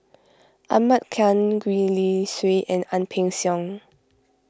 Ahmad Khan Gwee Li Sui and Ang Peng Siong